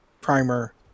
primer